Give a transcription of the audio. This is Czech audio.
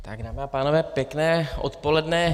Dámy a pánové, pěkné odpoledne.